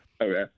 Okay